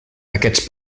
aquests